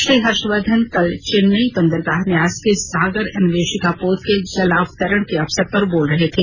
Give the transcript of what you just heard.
श्री हर्षवर्धन कल चेन्नई बंदरगाह न्यास के सागर अन्वेषिका पोत के जलावतरण के अवसर पर बोल रहे थे